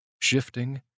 Shifting